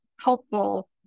helpful